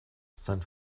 sein